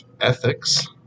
Ethics